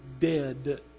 dead